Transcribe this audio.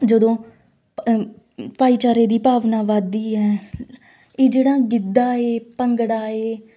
ਜਦੋਂ ਭ ਭਾਈਚਾਰੇ ਦੀ ਭਾਵਨਾ ਵੱਧਦੀ ਹੈ ਇਹ ਜਿਹੜਾ ਗਿੱਧਾ ਏ ਭੰਗੜਾ ਏ